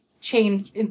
change